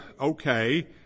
okay